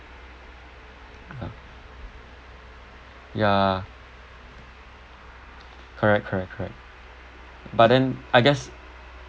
ya correct correct correct but then I guess